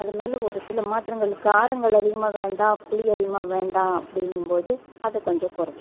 அதனால ஒரு சில மாற்றங்கள் காரங்கள் அதிகமாக வேண்டாம் புளி அதிகமாக வேண்டாம் அப்படிங்கும்போது அதை கொஞ்சம் குறைச்சி போட்டுப்பேன்